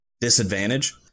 disadvantage